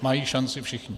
Mají šanci všichni.